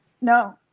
no